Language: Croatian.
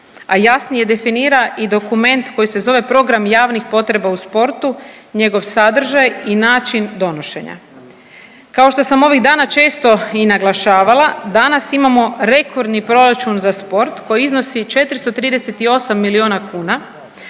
a jasnije definira i dokument koji se zove program javnih potreba u sportu, njegov sadržaj i način donošenja. Kao što sam ovih dana često i naglašavala danas imamo rekordni proračun za sport koji iznosi 438 milijuna kuna,